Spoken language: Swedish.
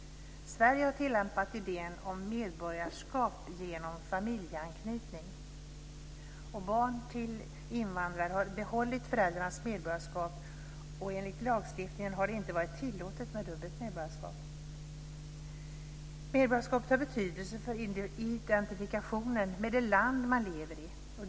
Sverige har tillämpat idén om medborgarskap genom familjeanknytning. Barn till invandrare har behållit föräldrarnas medborgarskap, och enligt lagstiftningen har det inte varit tillåtet med dubbelt medborgarskap. Medborgarskapet har betydelse för identifikationen med det land man lever i.